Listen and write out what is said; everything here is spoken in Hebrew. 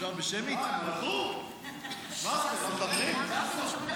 אין מתנגדים, אחד נוכח.